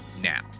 now